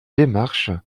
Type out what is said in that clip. démarches